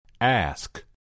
Ask